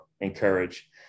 encourage